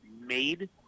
made